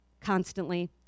constantly